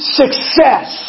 success